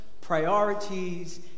priorities